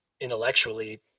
intellectually